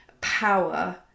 power